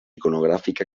iconogràfic